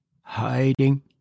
hiding